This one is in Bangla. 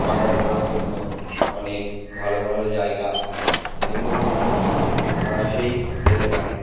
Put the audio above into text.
বাজার করার জন্য অনেক ভালো ভালো জায়গা সেগুলোতে মানুষ অনায়াসেই যেতে পারে